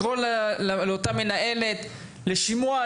לקרוא לאותה מנהלת לשימוע,